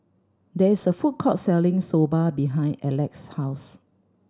there is a food court selling Soba behind Alec's house